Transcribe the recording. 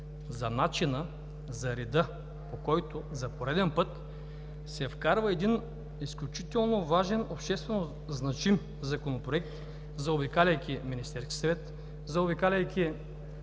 за начина, за реда, по който за пореден път се вкарва един изключително важен, обществено значим законопроект, заобикаляйки Министерския съвет, заобикаляйки